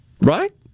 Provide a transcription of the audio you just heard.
Right